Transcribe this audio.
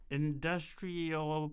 industrial